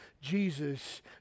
Jesus